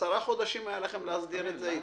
היה לכם עשרה חודשים להסדיר את זה איתם,